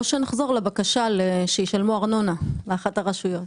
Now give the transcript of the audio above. או שנחזור לבקשה שישלמו ארנונה לאחת הרשויות.